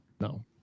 No